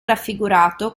raffigurato